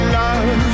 love